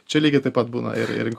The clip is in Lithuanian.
čia lygiai taip pat būna ir ir